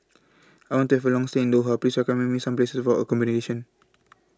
I want to Have A Long stay in Doha Please recommend Me Some Places For accommodation